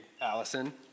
Allison